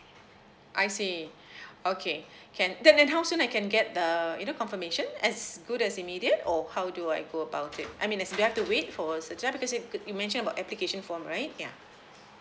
I see okay can then and how soon I can get the you know confirmation as good as immediate or how do I go about it I mean as do I have to wait for yeah because you you mentioned about application form right yeah